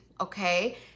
okay